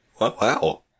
Wow